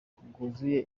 bwuzuye